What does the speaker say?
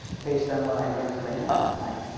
based on what i learned later on in life.